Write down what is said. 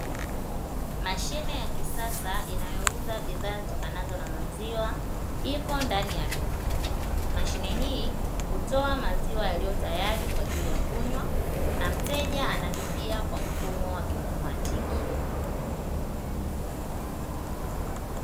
Mashine ya kisasa inayouza bidhaa zitokanazo na maziwa iko ndani ya duka, mashine hii hutoa maziwa yaliyo tayari kwa ajili ya kunywa na mteja analipia kwa mfumo wake kiautomatiki.